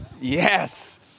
Yes